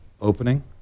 opening